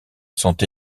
sont